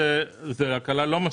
שזו הקלה לא מספיקה,